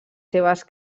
seves